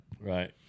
Right